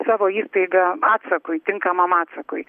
savo įstaigą atsakui tinkamam atsakui